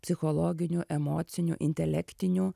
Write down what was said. psichologinių emocinių intelektinių